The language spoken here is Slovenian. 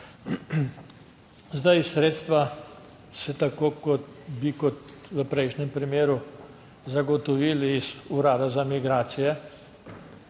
Zdaj, sredstva se tako kot bi kot v prejšnjem primeru zagotovili iz Urada za migracije.